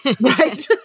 Right